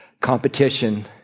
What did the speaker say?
competition